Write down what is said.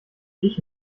ich